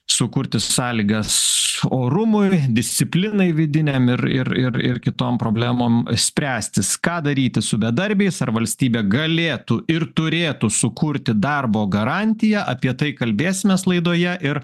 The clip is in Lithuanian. sukurti sąlygas orumui disciplinai vidiniam ir ir ir ir kitom problemom spręstis ką daryti su bedarbiais ar valstybė galėtų ir turėtų sukurti darbo garantiją apie tai kalbėsimės laidoje ir